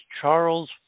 Charles